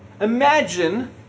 Imagine